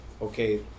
okay